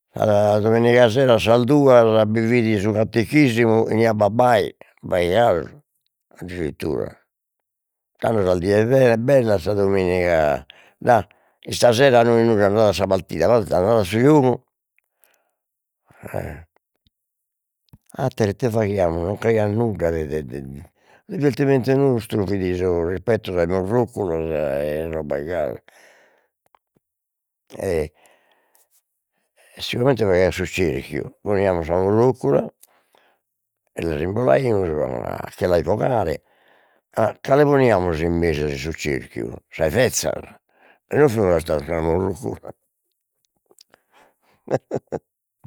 da sa dominiga sera a sas duas bi fit su catechisimu, 'eniat babbai addirittura, tando sa dies bellas, sa dominiga istasera no est nudda andade a sa paltida, forza andade a su giogu atteru ite faghiamus nocch'aiat nudda, de de de su diveltimentu nostru fit sos ripeto sas morroculas e robas gasi e si comente faghian su cerchiu poniamus sa morrocula e las imbolaimus a che las bogare, cale poniamus in mesu in su cerchiu, sas bezzas si no fimus restados chena morrocula